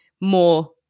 more